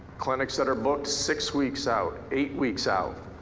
clinics that are booked six weeks out, eight weeks out.